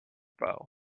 bow